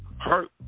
hurt